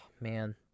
Man